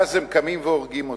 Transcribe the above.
ואז הם קמים והורגים אותם.